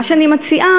מה שאני מציעה,